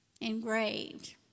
engraved